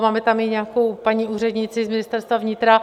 Máme tam i nějakou paní úřednici z Ministerstva vnitra.